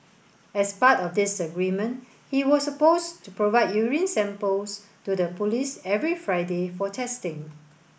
as part of this agreement he was supposed to provide urine samples to the police every Friday for testing